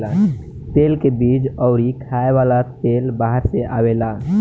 तेल के बीज अउरी खाए वाला तेल बाहर से आवेला